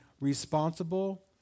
responsible